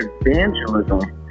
evangelism